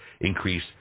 increase